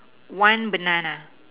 one banana